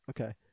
Okay